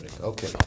Okay